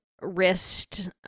wrist